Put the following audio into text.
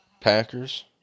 Packers